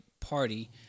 party